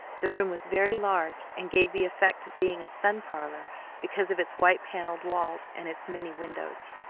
the room was very large, and gave the effect of being a sun-parlor because of its white panelled walls and its many windows.